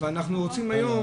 אנחנו רוצים היום,